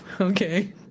Okay